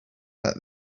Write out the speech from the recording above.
that